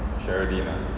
ah